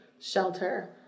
shelter